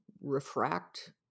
refract